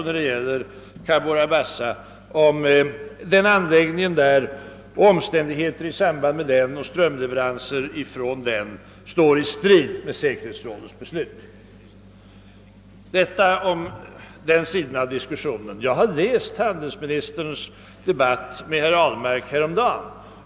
När det gäller Cabora Bassa blir frågan alltså om anläggningen där och omständigheterna i samband med den — bl.a. vad gäller strömleveranser — står i strid med säkerhetsrådets beslut. Detta om den sidan av diskussionen. Jag har läst protokollet från handelsministerns debatt med herr Ahlmark häromdagen.